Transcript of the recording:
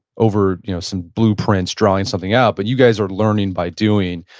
over you know some blueprints drawing something out. but you guys are learning by doing.